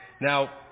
Now